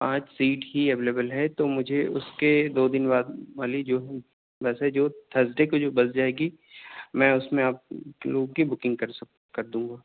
پانچ سیٹ ہی اویلیبل ہے تو مجھے اس کے دو دن بعد والی جو ہے بس ہے جو تھرسڈے کو جو بس جائے گی میں اس میں آپ لوگوں کی بکنگ کر سک کر دوں گا